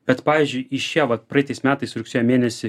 bet pavyzdžiui išėjo vat praeitais metais rugsėjo mėnesį